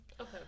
Okay